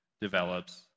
develops